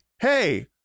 hey